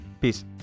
Peace